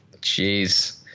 Jeez